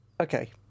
Okay